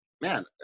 man